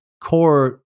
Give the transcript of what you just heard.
core